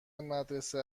مدرسه